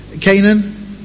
Canaan